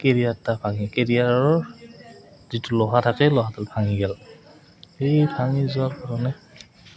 career এটা ভাঙিল কেৰিয়াৰৰ যিটো লোহা থাকে লোহাটো ভাঙি গ'ল সেই ভাঙি যোৱাৰ কাৰণে